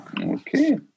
okay